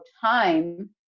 time